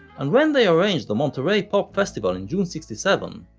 and when they arranged the monterey pop festival in june sixty seven,